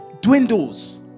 dwindles